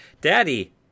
daddy